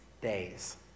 days